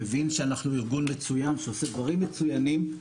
מבין שאנחנו ארגון מצוין שעושה דברים מצוינים,